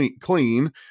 clean